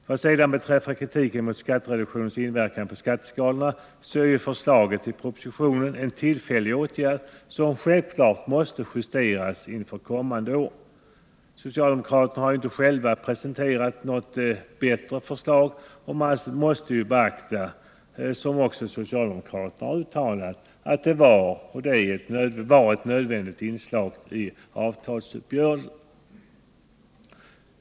Vad sedan beträffar kritiken mot skattereduktionens inverkan på skatteskalorna är förslaget i propositionen en tillfällig åtgärd som självfallet måste justeras inför kommande år. Men socialdemokraterna har inte själva presenterat något bättre förslag, och man måste, som också socialdemokraterna har uttalat, beakta att skattereduktionen var ett nödvändigt inslag i avtalsuppgörelsen.